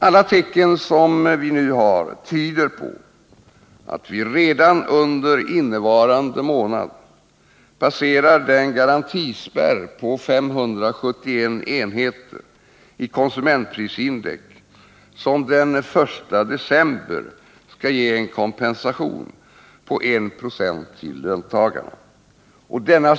Alla tecken tyder på att vi rédan under september passerar den garantispärr på 571 enheter i konsumentprisindex som den 1 december skall ge en kompensation på 1 26 till löntagarna.